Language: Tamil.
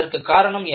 அதற்கு என்ன காரணம்